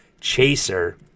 CHASER